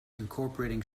incorporating